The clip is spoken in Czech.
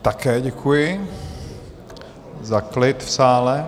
Také děkuji za klid v sále...